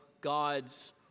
God's